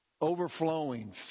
Overflowing